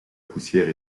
poussière